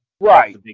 Right